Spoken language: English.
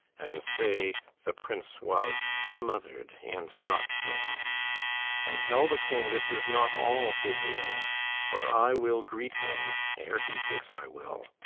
and say, the prince was smothered and not slain and tell the king this is not all his ill for i will greet him, ere he thinks i will.